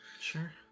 Sure